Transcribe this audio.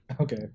Okay